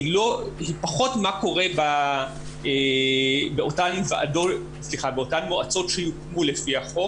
פחות מה קורה באותן מועצות שיוקמו לפי החוק